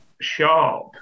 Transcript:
Sharp